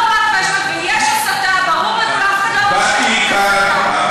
יש הסתה, ברור לכולם, אף אחד לא אומר שאין הסתה.